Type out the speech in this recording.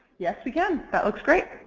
yes, we can. that looks great.